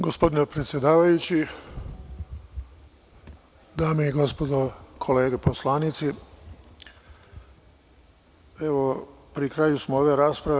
Gospodine predsedavajući, dame i gospodo kolege poslanici, pri kraju smo ove rasprave.